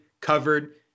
covered